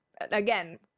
again